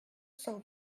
cent